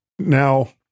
Now